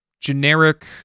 generic